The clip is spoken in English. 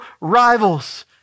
rivals